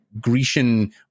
Grecian